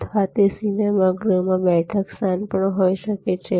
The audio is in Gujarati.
અથવા તે સિનેમાગૃહમાં બેઠક સ્થાન હોઈ શકે છે